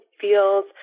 feels